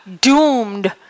doomed